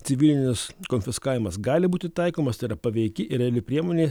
civilinis konfiskavimas gali būti taikomas tai yra paveiki ir reali priemonė